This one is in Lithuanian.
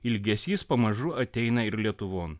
ilgesys pamažu ateina ir lietuvon